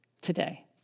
today